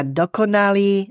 dokonalý